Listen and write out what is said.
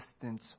distance